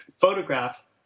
photograph